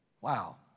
Wow